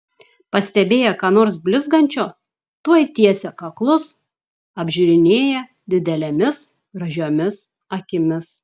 pastebėję ką nors blizgančio tuoj tiesia kaklus apžiūrinėja didelėmis gražiomis akimis